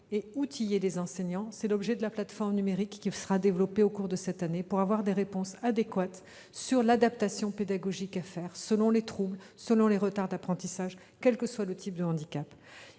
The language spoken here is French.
et outiller les enseignants ; c'est l'objet de la plateforme numérique qui sera développée au cours de cette année. Elle permettra une adaptation pédagogique selon les troubles, selon les retards d'apprentissage, quel que soit le type de handicap.